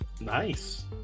Nice